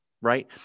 right